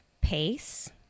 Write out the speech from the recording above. pace